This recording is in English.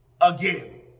again